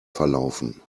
verlaufen